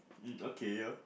mm okay (yo)